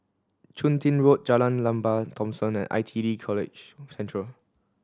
Chun Tin Road Jalan Lembah Thomson and I T E College Central